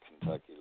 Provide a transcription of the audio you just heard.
Kentucky